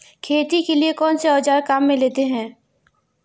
खेती के लिए कौनसे औज़ार काम में लेते हैं?